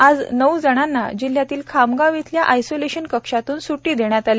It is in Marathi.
आज नऊ जणांना जिल्हयातील खामगाव येथील आयसोलेशन कक्षातून सुटी देण्यात आली